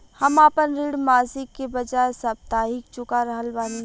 हम आपन ऋण मासिक के बजाय साप्ताहिक चुका रहल बानी